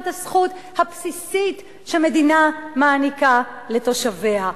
הזכות הבסיסית שמדינה מעניקה לתושביה.